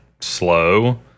slow